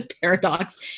paradox